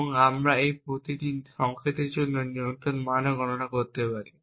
এবং আমরা এই প্রতিটি সংকেতের জন্য নিয়ন্ত্রণ মানও গণনা করতে পারি